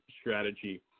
strategy